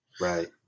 Right